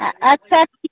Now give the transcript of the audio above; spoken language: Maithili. आ आस पासके